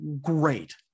Great